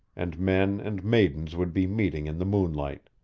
and men and maidens would be meeting in the moonlight.